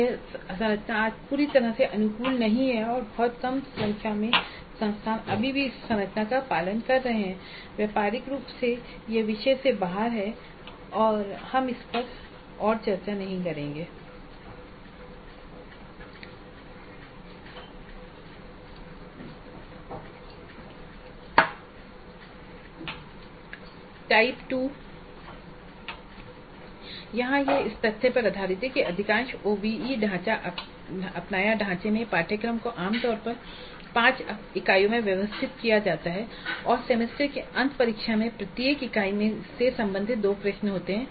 यह संरचना आज पूरी तरह से अनुकूल नहीं है और बहुत कम संख्या में संस्थान अभी भी इस संरचना का पालन कर रहे हैं व्यावहारिक रूप से यह विषय से बाहर है और हम इस पर और चर्चा नहीं करेंगे टाइप २ यहां यह इस तथ्य पर आधारित है कि अधिकांश ओबीई अपनाया ढांचे में पाठ्यक्रम को आम तौर पर 5 इकाइयों में व्यवस्थित किया जाता है और सेमेस्टर के अंत परीक्षा प्रश्न पत्र में प्रत्येक इकाई से संबंधित 2 प्रश्न होते हैं